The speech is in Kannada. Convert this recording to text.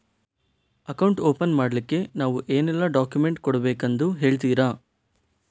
ಅಕೌಂಟ್ ಓಪನ್ ಮಾಡ್ಲಿಕ್ಕೆ ನಾವು ಏನೆಲ್ಲ ಡಾಕ್ಯುಮೆಂಟ್ ಕೊಡಬೇಕೆಂದು ಹೇಳ್ತಿರಾ?